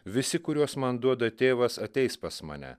visi kuriuos man duoda tėvas ateis pas mane